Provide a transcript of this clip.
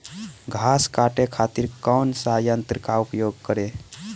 घास काटे खातिर कौन सा यंत्र का उपयोग करें?